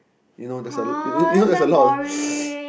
you know there's there's a lot of